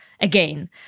again